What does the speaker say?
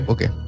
Okay